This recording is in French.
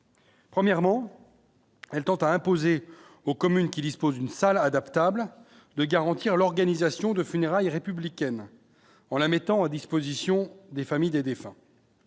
premièrement. Elle tend à imposer aux communes qui disposent d'une salle adaptable, de garantir l'organisation de funérailles républicaine en la mettant à disposition des familles des défunts.